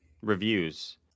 reviews